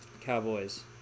Cowboys